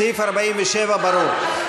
סעיף 47 ברור.